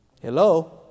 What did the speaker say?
Hello